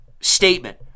statement